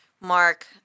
mark